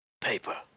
paper